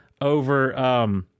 over